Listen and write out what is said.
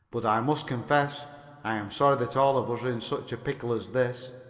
but i must confess i am sorry that all of us are in such a pickle as this.